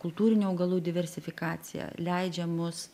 kultūrinių augalų diversifikacija leidžia mus